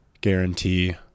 guarantee